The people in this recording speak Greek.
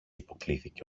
υποκλίθηκε